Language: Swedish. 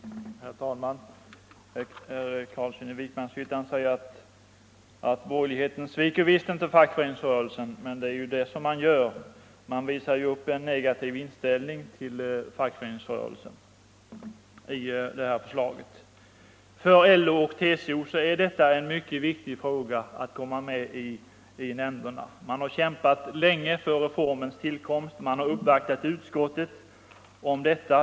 Herr talman! Herr Carlsson i Vikmanshyttan säger att borgerligheten visst inte sviker fackföreningsrörelsen, men det är just vad man gör. Man visar upp en negativ inställning till fackföreningsrörelsen i detta förslag. För LO och TCO är det en mycket viktig fråga att komma med i nämnderna. Man har kämpat länge för reformens tillkomst, och man har uppvaktat utskottet om detta.